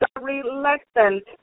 reluctant